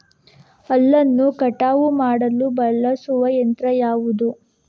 ಹುಲ್ಲನ್ನು ಕಟಾವು ಮಾಡಲು ಬಳಸುವ ಯಂತ್ರ ಯಾವುದು?